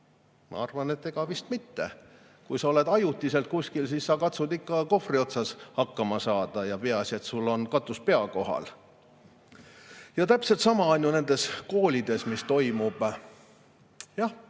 Ma arvan, et vist mitte. Kui sa oled ajutiselt kuskil, siis sa katsud ikka kohvri otsas hakkama saada, peaasi, et sul on katus pea kohal. Ja täpselt sama on ju see, mis koolides toimub. Jah,